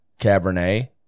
cabernet